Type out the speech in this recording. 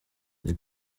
the